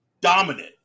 dominant